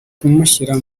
kumushyira